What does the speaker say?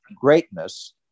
greatness